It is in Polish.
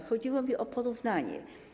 Chodziło mi o porównanie.